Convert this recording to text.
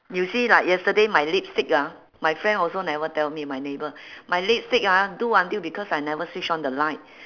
you see like yesterday my lipstick ah my friend also never tell me my neighbour my lipstick ah do until because I never switch on the light